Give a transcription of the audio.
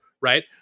Right